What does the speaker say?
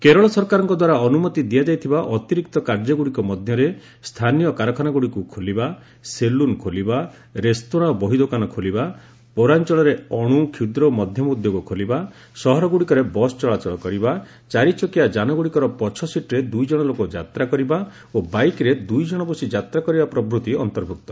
କେରଳ ସରକାରଙ୍କ ଦ୍ୱାରା ଅନୁମତି ଦିଆଯାଇଥିବା ଅତିରିକ୍ତ କାର୍ଯ୍ୟଗ୍ରଡ଼ିକ ମଧ୍ୟରେ ସ୍ଥାନୀୟ କାରଖାନାଗୁଡ଼ିକୁ ଖୋଲିବା ସେଲୁନ ଖୋଲିବା ରେସ୍ତୋରାଁ ଓ ବହିଦୋକାନ ଖୋଲିବା ପୌରାଞ୍ଚଳରେ ଅଣୁ କ୍ଷୁଦ୍ର ଓ ମଧ୍ୟମ ଭଦ୍ୟୋଗ ଖୋଲିବା ସହରଗୁଡ଼ିକରେ ବସ ଚଳାଚଳ କରିବା ଚାରିଚକିଆ ଯାନଗ୍ରଡ଼ିକର ପଛ ସିଟ୍ରେ ଦୂଇଜଣ ଲୋକ ଯାତା କରିବା ଓ ବାଇକ୍ରେ ଦୁଇଜଣ ବସି ଯାତ୍ନା କରିବା ଆଦି ଅନ୍ତର୍ଭୂକ୍ତ